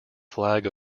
flag